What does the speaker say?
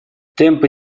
темпы